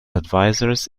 advisers